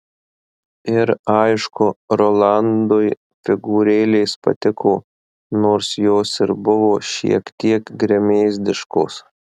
ir aišku rolandui figūrėlės patiko nors jos ir buvo šiek tiek gremėzdiškos